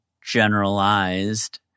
generalized